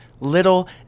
little